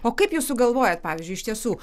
o kaip jūs sugalvojat pavyzdžiui iš tiesų